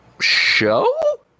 show